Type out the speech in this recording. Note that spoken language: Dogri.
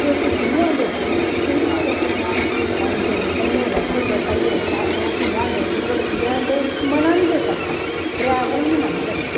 बिच धूआं गै धूआं धूआं गै धूआं पाई ओड़दे ते कन्नै बैठे दे होंदे पाइयै ओह् पीआ दे होंदे सिगरट पीआ दे होंदे ते उनेंगी मना नेईं कोई करदा ड्राइवर बी नेईं मना करदे